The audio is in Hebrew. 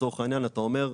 לצורך העניין אתה אומר,